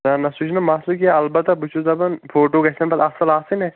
نَہ نَہ سُہ چھُنہٕ مسلہٕ کیٚنٛہہ البتہ بہٕ چھُس دَپان فوٹو گَژھیٚن پتہٕ اصٕل آسٕنۍ اسہِ